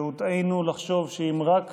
שהוטעינו לחשוב שאם רק